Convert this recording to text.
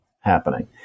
happening